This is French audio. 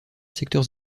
secteurs